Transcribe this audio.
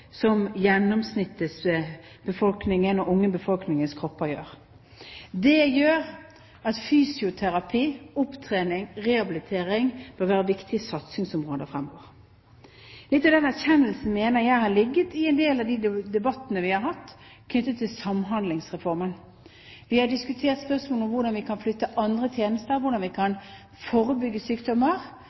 som gjennomsnittsbefolkningens og den unge befolkningens kropper gjør. Det gjør at fysioterapi, opptrening og rehabilitering bør være viktige satsingsområder fremover. Litt av denne erkjennelsen mener jeg har ligget i en del av de debattene vi har hatt knyttet til Samhandlingsreformen. Vi har diskutert spørsmål om hvordan vi kan flytte andre tjenester, og hvordan vi kan forebygge sykdommer,